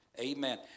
Amen